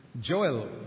Joel